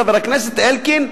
חבר הכנסת אלקין,